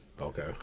Okay